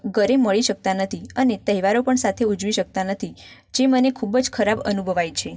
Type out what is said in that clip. ગળે મળી શકતાં નથી અને તહેવારો પણ સાથે ઉજવી શકતાં નથી જે મને ખૂબ જ ખરાબ અનુભવાય છે